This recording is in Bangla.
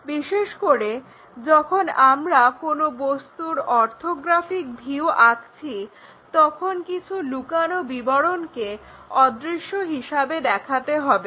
বিশেষ করে যখন আমরা কোনো বস্তুর অর্থোগ্রাফিক ভিউ আঁকছি তখন কিছু লুকানো বিবরণকে অদৃশ্য হিসাবে দেখাতে হবে